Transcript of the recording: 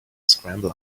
scramble